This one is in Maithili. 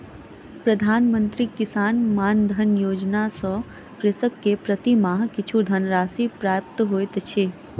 प्रधान मंत्री किसान मानधन योजना सॅ कृषक के प्रति माह किछु धनराशि प्राप्त होइत अछि